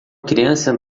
criança